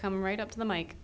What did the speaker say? come right up to the mike